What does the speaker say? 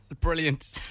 Brilliant